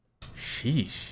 Sheesh